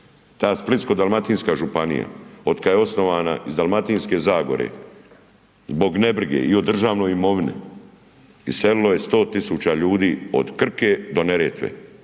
Ta Splitsko-dalmatinska županija otkada je osnovana iz Dalmatinske zagore zbog ne brige i o državnoj imovini iselilo je 100 tisuća ljudi od Krke do Neretve,